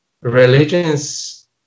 Religions